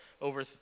over